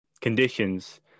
conditions